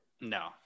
No